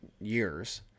years